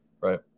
Right